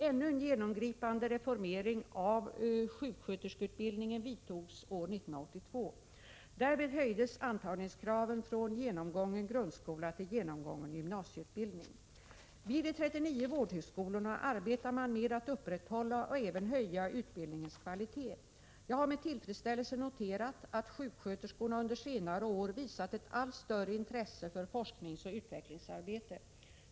Ännu en genomgripande reformering av sjuksköterskeutbildningen vidtogs år 1982. Därvid höjdes antagningskraven från genomgången grundskola till genomgången gymnasieutbildning. Vid de 39 vårdhögskolorna arbetar man med att upprätthålla och även höja utbildningens kvalitet. Jag har med tillfredsställelse noterat att sjuksköterskorna under senare år visat ett allt större intresse för forskningsoch utvecklingsarbete.